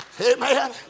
Amen